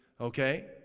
Okay